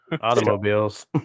automobiles